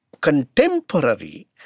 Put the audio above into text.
contemporary